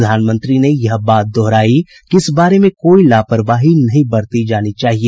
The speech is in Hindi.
प्रधानमंत्री ने यह बात दोहराई कि इस बारे में कोई लापरवाही नहीं बरती जानी चाहिए